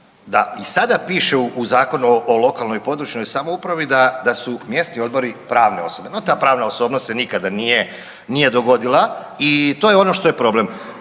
i sada piše u Zakonu o lokalnoj i područnoj samoupravi da su mjesni odbori pravne osobe, no ta pravna osobnost se nikada nije dogodila i to je ono što je problem